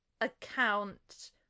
account